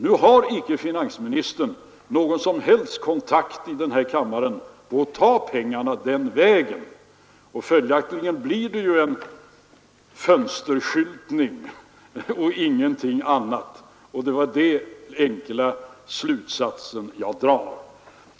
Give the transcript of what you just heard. Nu har emellertid finansministern icke någon som helst möjlighet att ta ut pengarna den vägen. Följaktligen blir det en fönsterskyltning och ingenting annat. Det är den enkla slutsatsen jag drar.